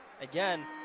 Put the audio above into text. again